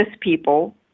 people